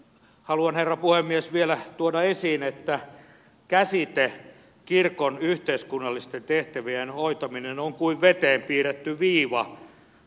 haluan herra puhemies vielä tuoda esiin sen että käsite kirkon yhteiskunnallisten tehtävien hoitaminen on kuin veteen piirretty viiva